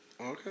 Okay